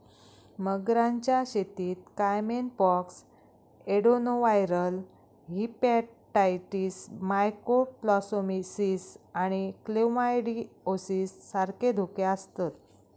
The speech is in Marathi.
मगरांच्या शेतीत caiman pox, adenoviral hepatitis, mycoplasmosis आणि क्लेमायडिओसिस सारखे धोके आसतत